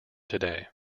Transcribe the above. today